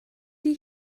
die